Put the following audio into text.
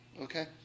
okay